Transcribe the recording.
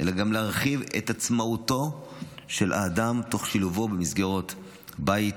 אלא גם להרחיב את עצמאותו של האדם תוך שילובו במסגרות בית,